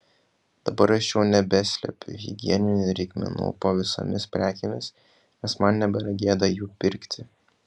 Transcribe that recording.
dabar aš jau nebeslepiu higieninių reikmenų po visomis prekėmis nes man nebėra gėda jų pirkti